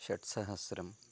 षट्सहस्रं